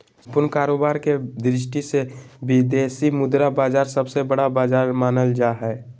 सम्पूर्ण कारोबार के दृष्टि से विदेशी मुद्रा बाजार सबसे बड़ा बाजार मानल जा हय